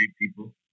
people